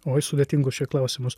oi sudėtingus čia klausimus